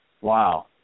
wow